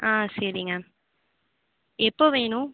ஆ சரிங்க எப்போ வேணும்